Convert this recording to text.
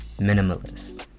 minimalist